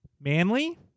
Manly